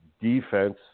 defense